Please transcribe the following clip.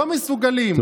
לא מסוגלים,